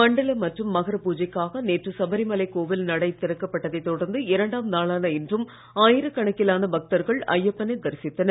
மண்டல மற்றும் மகர பூஜைக்காக நேற்று சபரிமலை கோவில் நடை திறக்கப்பட்டதை தொடர்ந்து ஆயிரக்கணக்கிலான பக்தர்கள் ஐயப்பனை தரிசித்தனர்